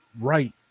right